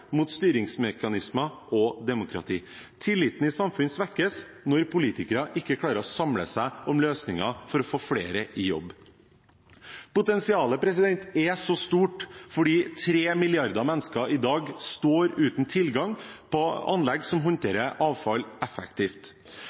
mot styringsmekanismer og demokrati. Tilliten i samfunnet svekkes når politikere ikke klarer å samle seg om løsninger for å få flere i jobb. Potensialet er så stort fordi 3 milliarder mennesker i dag står uten tilgang på anlegg som håndterer avfall effektivt.